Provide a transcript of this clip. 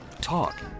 Talk